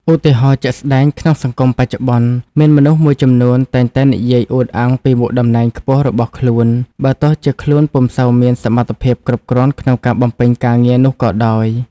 ឧទាហរណ៍ជាក់ស្តែងក្នុងសង្គមបច្ចុប្បន្ន មានមនុស្សមួយចំនួនតែងតែនិយាយអួតអាងពីមុខតំណែងខ្ពស់របស់ខ្លួន បើទោះជាខ្លួនពុំសូវមានសមត្ថភាពគ្រប់គ្រាន់ក្នុងការបំពេញការងារនោះក៏ដោយ។